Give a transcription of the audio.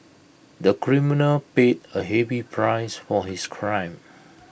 the criminal paid A heavy price for his crime